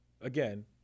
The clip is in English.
Again